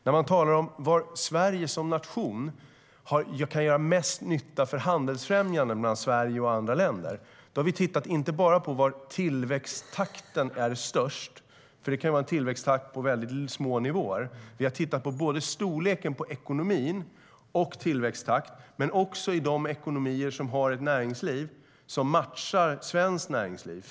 När det gäller var Sverige som nation kan göra mest nytta för att främja handeln mellan Sverige och andra länder har vi inte bara tittat på var tillväxttakten är störst, för det kan vara en tillväxttakt på små nivåer, utan också på storleken på ekonomin och på vilka länder som har ett näringsliv som matchar svenskt näringsliv.